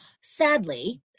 sadly